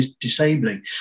disabling